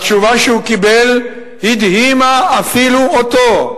התשובה שהוא קיבל הדהימה אפילו אותו,